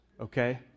okay